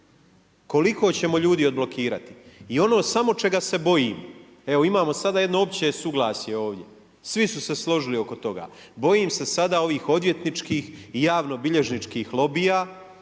Koliko ćemo ljudi odblokirat? I ono samo čega se bojim, evo imamo sada jedno opće suglasje ovdje. Svi su se složili oko toga. Bojim se sada ovih odvjetničkih i javnobilježničkih lobija,